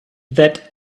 that